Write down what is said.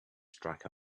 strike